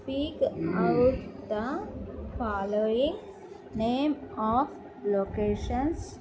speak out the following name of locations